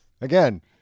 again